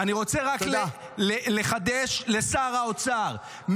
אני רוצה רק לחדש לשר האוצר,